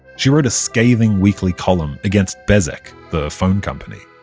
she wrote a scathing weekly column against bezeq, the phone company,